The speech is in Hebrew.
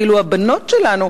ואילו הבנות שלנו,